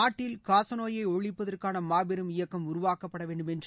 நாட்டில் காச நோயை ஒழிப்பதற்கான மாபெரும் இயக்கம் உருவாக்கப்பட வேண்டும் என்று